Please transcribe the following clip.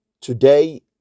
today